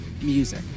music